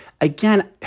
Again